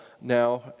now